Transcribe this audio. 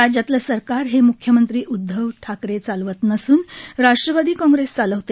राज्यातलं सरकार हे म्ख्यमंत्री उदधवजी ठाकरे चालवत नसून राष्ट्रवादी काँग्रेस चालवते